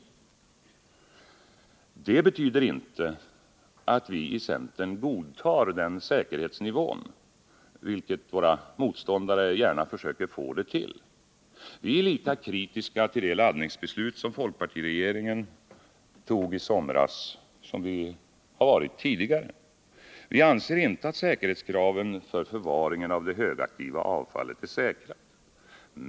Det betyder inte att vi i centern godtar den säkerhetsnivån, vilket våra motståndare gärna försöker få det till. Vi är lika kritiska till det laddningsbeslut som folkpartiregeringen tog i somras som vi har varit tidigare: Vi anser inte att säkerhetskraven för förvaringen av det högaktiva avfallet är uppfyllda.